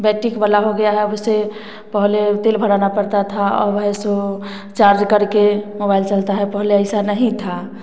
battery वाला हो गया है अब उसे पहले तेल भराना पड़ता था अब ऐसे चार्ज करके मोबाइल चलता है पहले ऐसा नहीं था